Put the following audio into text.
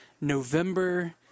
November